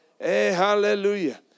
hallelujah